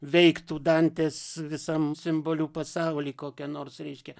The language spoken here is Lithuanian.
veiktų dantės visam simbolių pasauly kokia nors reiškia